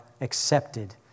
accepted